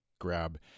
grab